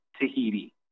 Tahiti